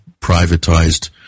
privatized